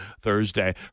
Thursday